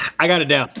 i got it down.